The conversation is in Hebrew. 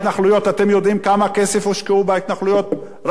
אתם יודעים כמה כסף הושקע בהתנחלויות רק עכשיו,